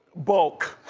bulk.